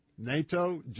NATO